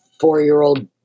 four-year-old